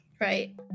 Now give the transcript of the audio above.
Right